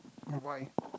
avoid